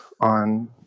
on